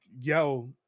yo